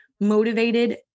motivated